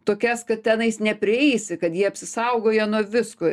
tokias kad tenais neprieisi kad jie apsisaugoja nuo visko